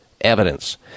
evidence